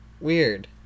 weird